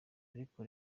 ariko